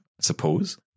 suppose